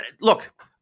look